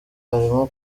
arimo